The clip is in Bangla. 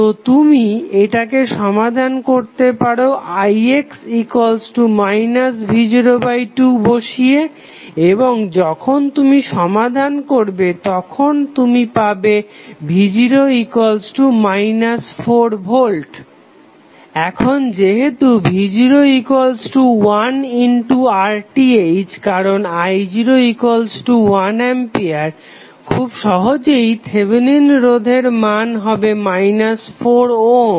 তো তুমি এটাকে সমাধান করতে পারো ix v02 বসিয়ে এবং যখন তুমি সমাধান করবে তখন তুমি পাবে v0 4V এখন যেহেতু v01RTh কারণ i01A খুব সহজেই থেভেনিন রোধের মান হবে 4 ওহম